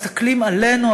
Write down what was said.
מסתכלים עלינו,